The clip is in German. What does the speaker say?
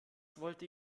wollte